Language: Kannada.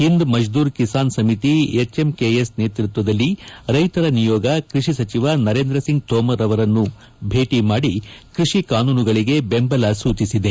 ಹಿಂದ್ ಮಜ್ದೂರ್ ಕಿಸಾನ್ ಸಮಿತಿ ಎಚ್ಎಂಕೆಎಸ್ ನೇತ್ಬದಲ್ಲಿ ರೈತರ ನಿಯೋಗ ಕೃಷಿ ಸಚಿವ ನರೇಂದ್ರ ಸಿಂಗ್ ತೋಮರ್ ಅವರನ್ನು ಭೇಟಿ ಮಾದಿ ಕೃಷಿ ಕಾನೂನಿಗಳಿಗೆ ಬೆಂಬಲ ಸೂಚಿಸಿದೆ